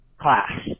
class